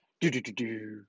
Do-do-do-do